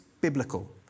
biblical